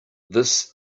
this